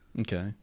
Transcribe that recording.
Okay